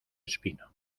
espino